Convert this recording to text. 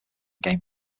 game